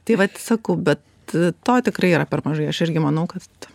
tai vat sakau bet to tikrai yra per mažai aš irgi manau kad